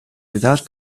without